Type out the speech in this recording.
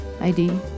ID